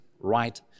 right